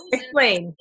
Explain